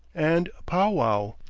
and powow.